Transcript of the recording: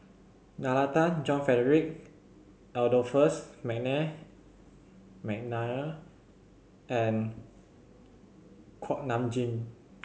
Nalla Tan John Frederick Adolphus McNair and Kuak Nam Jin